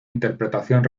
interpretación